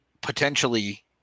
potentially